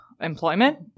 employment